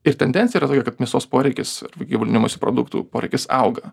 ir tendencija yra tokia kad mėsos poreikis gyvulinių maisto produktų poreikis auga